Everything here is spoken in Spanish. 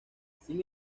sin